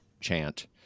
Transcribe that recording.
chant